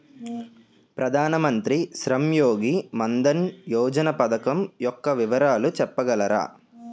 ప్రధాన మంత్రి శ్రమ్ యోగి మన్ధన్ యోజన పథకం యెక్క వివరాలు చెప్పగలరా?